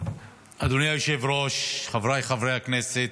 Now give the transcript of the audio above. אדוני היושב-ראש, חבריי חברי הכנסת,